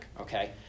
okay